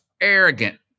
arrogant